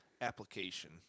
application